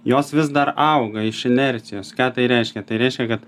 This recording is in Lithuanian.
jos vis dar auga iš inercijos ką tai reiškia tai reiškia kad